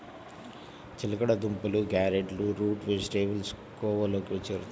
చిలకడ దుంపలు, క్యారెట్లు రూట్ వెజిటేబుల్స్ కోవలోకి చేరుతాయి